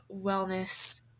wellness